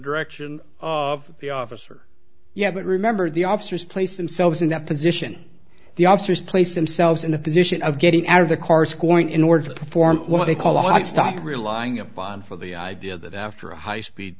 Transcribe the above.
direction of the officer yeah but remember the officers place themselves in that position the officers place them selves in the position of getting out of the cars going in order to perform what they call out stop relying upon for the idea that after a high speed